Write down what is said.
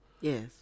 Yes